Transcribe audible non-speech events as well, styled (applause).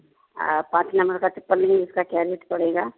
और पाँच नम्बर का चप्पल (unintelligible) उसका क्या रेट पड़ेगा